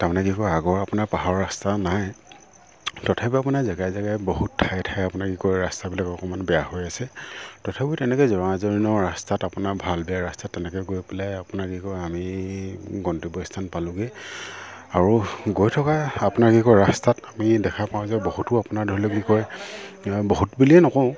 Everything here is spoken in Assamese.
আপোনাৰ কি কয় আগৰ আপোনাৰ পাহাৰৰ ৰাস্তা নাই তথাপিও আপোনাৰ জেগাই জেগাই বহুত ঠায়ে ঠায়ে আপোনাক কি কয় ৰাস্তাবিলাক অকণমান বেয়া হৈ আছে তথাপিও তেনেকৈ জৰাজীৰ্ণ ৰাস্তাত আপোনাৰ ভাল বেয়া ৰাস্তাত তেনেকৈ গৈ পেলাই আপোনাৰ কি কয় আমি গন্তব্য স্থান পালোঁগৈ আৰু গৈ থকা আপোনাৰ কি কয় ৰাস্তাত আমি দেখা পাওঁ যে বহুতো আপোনাৰ ধৰি লওক কি কয় বহুত বুলিয়ে নকওঁ